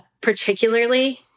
particularly